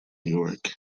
york